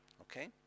Okay